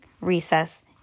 recess